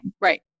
Right